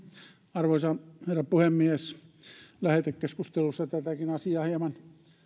arvoisa herra puhemies lähetekeskustelussa tätäkin asiaa hieman